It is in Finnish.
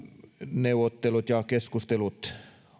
neuvottelut ja keskustelut